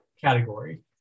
category